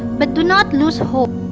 but do not lose ah hope.